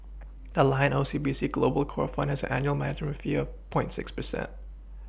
the Lion O C B C global core fund has an annual management fee of point six percent